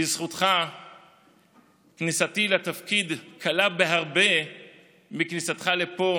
בזכותך כניסתי לתפקיד קלה בהרבה מכניסתך לפה